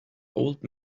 old